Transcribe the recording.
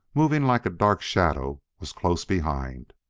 moving like a dark shadow, was close behind.